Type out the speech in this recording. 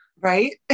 Right